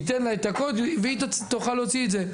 ייתן לה את הקוד והיא תוכל להוציא את זה.